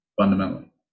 fundamentally